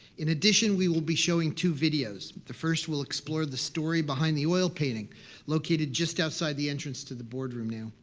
in addition, we will be showing two videos. the first will explore the story behind the oil painting located just outside the entrance to the boardroom now.